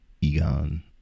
Egon